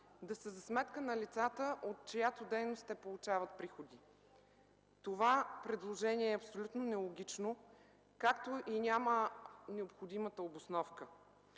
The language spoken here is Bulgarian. да са за сметка на лицата, от чиято дейност те получават приходи. Това предложение е абсолютно нелогично, няма и необходимата обосновка.